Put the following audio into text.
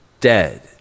dead